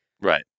right